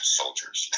soldiers